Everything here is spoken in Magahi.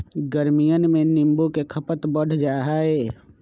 गर्मियन में नींबू के खपत बढ़ जाहई